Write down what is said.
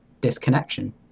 disconnection